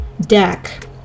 deck